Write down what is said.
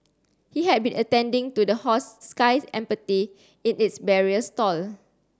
he had been attending to the horse Sky Empathy in its barrier stall